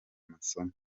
masomo